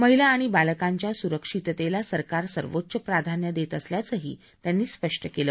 महिला आणि बालकांच्या सुरक्षिततेला सरकार सर्वोच्च प्राधान्य देत असल्याचंही त्यांनी स्पष्ट केलं